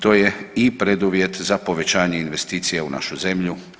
To je i preduvjet za povećanje investicije u našu zemlju.